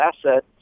asset